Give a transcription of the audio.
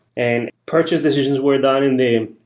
and purchase decisions were done and then,